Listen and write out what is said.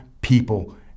people